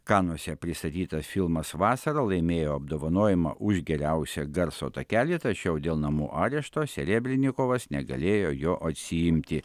kanuose pristatytas filmas vasara laimėjo apdovanojimą už geriausią garso takelį tačiau dėl namų arešto serebrenikovas negalėjo jo atsiimti